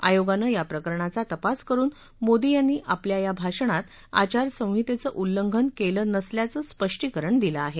आयोगानं या प्रकरणाचा तपास करून मोदी यांनी आपल्या या भाषणात आचारसंहितेचं उल्लंघन केलं नसल्याचं स्पष्टीकरण दिलं आहे